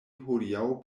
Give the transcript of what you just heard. hodiaŭ